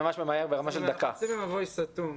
נכנסים למבוי סתום.